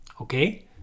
Okay